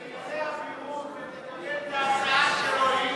תגלה אבירות ותקבל את ההצעה שלו,